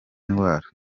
ndwara